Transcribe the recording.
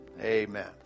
Amen